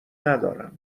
ندارم